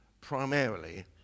primarily